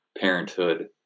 parenthood